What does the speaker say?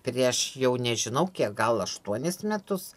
prieš jau nežinau kiek gal aštuonis metus